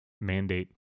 mandate